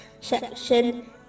section